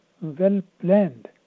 well-planned